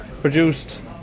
Produced